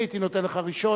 אני הייתי נותן לך ראשון,